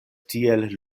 tiel